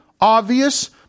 obvious